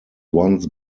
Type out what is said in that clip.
once